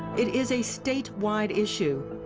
it is a statewide issue,